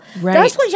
Right